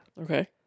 Okay